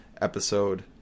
episode